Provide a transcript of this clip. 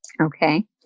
okay